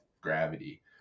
gravity